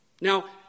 Now